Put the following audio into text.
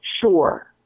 sure